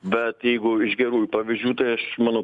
bet jeigu iš gerųjų pavyzdžių tai aš manau